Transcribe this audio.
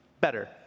better